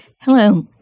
Hello